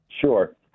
Sure